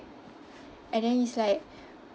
and then it's like